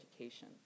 education